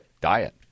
Diet